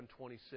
26